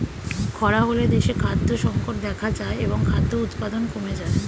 খরা হলে দেশে খাদ্য সংকট দেখা যায় এবং খাদ্য উৎপাদন কমে যায়